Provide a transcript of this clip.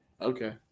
Okay